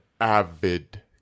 avid